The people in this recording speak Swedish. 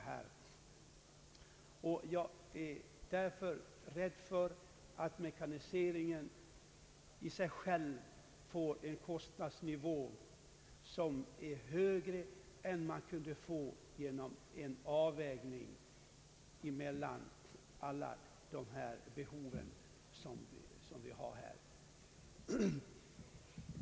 Jag är rädd för att mekaniseringen får en för hög kostnadsnivå, speciellt med hänsyn till föreliggande behov.